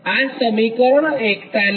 આ સમીકરણ 41 છે